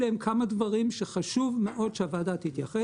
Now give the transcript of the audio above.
אלה הם כמה דברים שחשוב מאוד שהוועדה תתייחס אליהם.